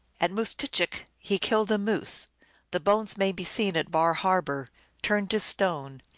at moose-tchick he killed a moose the bones may be seen at bar har bor turned to stone.